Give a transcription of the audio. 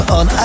on